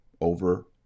over